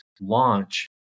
launch